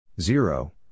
Zero